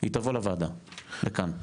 היא תבוא לוועדה לכאן.